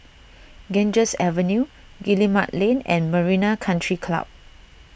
Ganges Avenue Guillemard Lane and Marina Country Club